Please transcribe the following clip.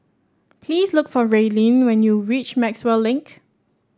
please look for Raelynn when you reach Maxwell Link